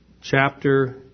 chapter